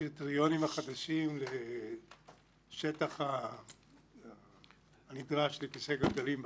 הקריטריונים החדשים לשטח הנדרש לכיסא גלגלים ברכב.